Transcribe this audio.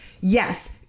Yes